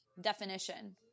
definition